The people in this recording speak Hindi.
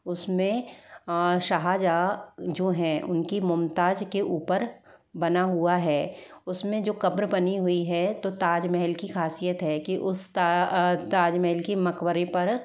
उसमें शाहजहाँ जो है उनकी मुमताज के ऊपर बना हुआ है उसमें जो कब्र बनी हुई है तो ताजमहल की खासियत है कि उस ताजमहल के मक़बरे पर